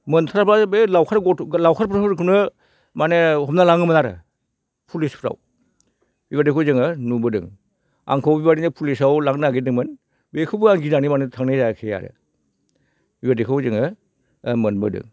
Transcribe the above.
मोनथाराबा बे लावखार गथ' लावखारफोरखौनो माने हमना लाङोमोन आरो पुलिसफ्राव बेबायदिखौ जोङो नुबोदों आंखौबो बेबायदिनो पुलिसाव लांनो नागिरदोंमोन बेखौबो आं गिनानै माने थांनाय जायासै आरो बेबायदिखौबो जोङो मोनबोदों